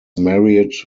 married